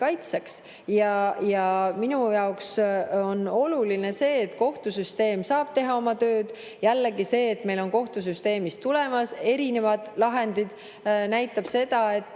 kaitseks. Minu jaoks on oluline see, et kohtusüsteem saaks teha oma tööd. Ja see, et meil tulevad kohtusüsteemist erinevad lahendid, näitab seda, et